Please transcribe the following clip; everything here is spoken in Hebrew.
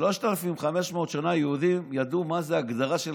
שלושת אלפים וחמש מאות שנה יהודים ידעו מה ההגדרה של